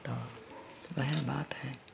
तऽ वएह बात हइ